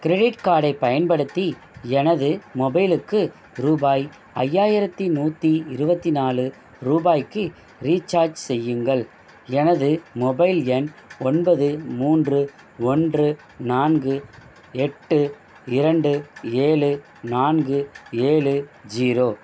credit கார்டை பயன்படுத்தி எனது மொபைலுக்கு ரூபாய் ஐயாயிரத்தி நூற்றி இருபத்தி நாலு ரூபாய்க்கு ரீசார்ஜ் செய்யுங்கள் எனது மொபைல் எண் ஒன்பது மூன்று ஒன்று நான்கு எட்டு இரண்டு ஏழு நான்கு ஏழு ஜீரோ